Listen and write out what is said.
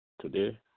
today